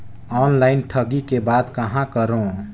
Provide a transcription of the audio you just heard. Online ठगी के बाद कहां करों?